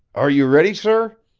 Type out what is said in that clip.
are you ready, sir?